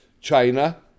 China